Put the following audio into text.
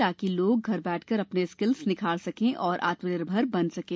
ताकि लोग घर बैठे ही अपनी स्किल्स निखारें और आत्मनिर्भर बन सकें